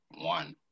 one